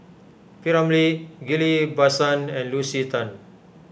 P Ramlee Ghillie Basan and Lucy Tan